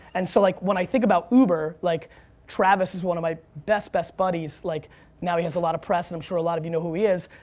and so like when i think about uber, like travis is one of my best, best buddies, like now he has a lot of press, and i'm sure a lot of you know who he is.